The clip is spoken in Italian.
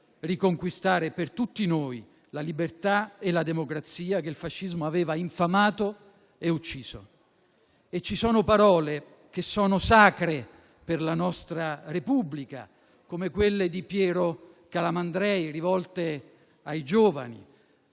riconquistare per tutti noi la libertà e la democrazia che il fascismo aveva infamato e ucciso. Ci sono parole che sono sacre per la nostra Repubblica, come quelle di Piero Calamandrei rivolte ai giovani: